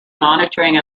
monitoring